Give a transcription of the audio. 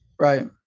right